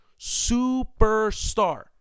superstar